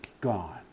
gone